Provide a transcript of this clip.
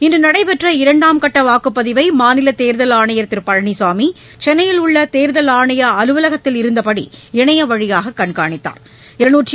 இன்றுநடைபெற்ற இண்டாம் கட்டவாக்குப்பதிவைமாநிலதேர்தல் ஆணையர் திருபழனிசாமி சென்னையில் உள்ளதேர்தல் ஆணைய அலுவலகத்தில் இருந்தபடி இணைய வழியாககண்காணித்தாா்